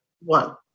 one